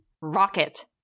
ROCKET